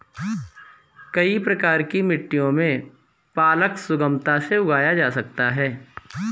कई प्रकार की मिट्टियों में पालक सुगमता से उगाया जा सकता है